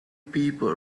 people